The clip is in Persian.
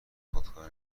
خودکار